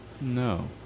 No